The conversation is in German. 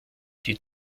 die